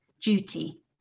duty